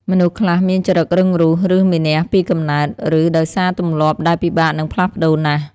មនុស្សខ្លះមានចរិតរឹងរូស ឬមានះពីកំណើត ឬដោយសារទម្លាប់ដែលពិបាកនឹងផ្លាស់ប្តូរណាស់។